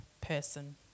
person